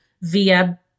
via